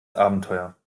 abenteuer